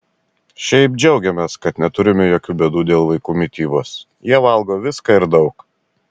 šiaip džiaugiamės kad neturime jokių bėdų dėl vaikų mitybos jie valgo viską ir daug